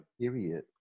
Period